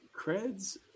creds